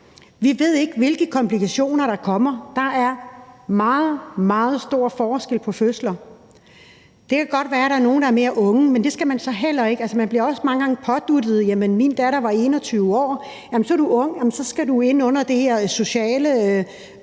Vi ved ikke, hvilke komplikationer der kommer. Der er meget, meget stor forskel på fødsler. Det kan godt være, at der er nogle, der er yngre, men det skal man så heller ikke være. Man bliver også mange gange påduttet noget, for f.eks. var min datter 21